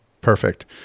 Perfect